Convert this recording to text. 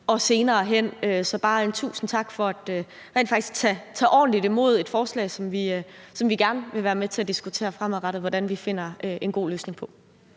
og senere hen. Så bare tusind tak for rent faktisk at tage ordentligt imod et forslag om noget, som vi gerne vil være med til at diskutere fremadrettet hvordan vi finder en god løsning på.